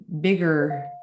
bigger